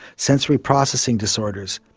sensory processing disorders,